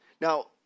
now